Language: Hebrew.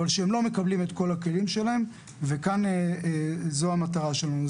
אבל שהם לא מקבלים את כל הכלים שלהם וכאן זו המטרה שלנו.